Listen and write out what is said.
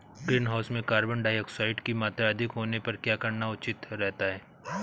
Greenhouse में carbon dioxide की मात्रा अधिक होने पर क्या करना उचित रहता है?